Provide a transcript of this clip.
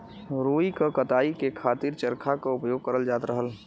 रुई क कताई के खातिर चरखा क परयोग करल जात रहल